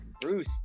Bruce